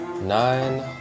Nine